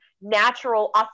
natural